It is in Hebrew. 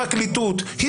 לפרקליטות,